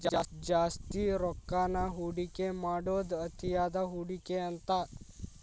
ಜಾಸ್ತಿ ರೊಕ್ಕಾನ ಹೂಡಿಕೆ ಮಾಡೋದ್ ಅತಿಯಾದ ಹೂಡಿಕೆ ಅಂತ